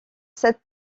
cette